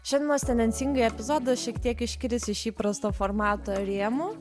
šiandienos tendencingai epizodas šiek tiek iškris iš įprasto formato rėmų